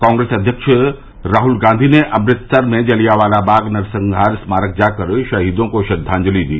कांग्रेस अध्यक्ष राहल गांधी ने अमृतसर में जलियांवाला बाग नरसंहार स्मारक जाकर शहीदों को श्रद्वांजलि दी